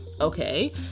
okay